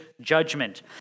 judgment